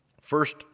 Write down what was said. first